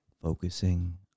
Focusing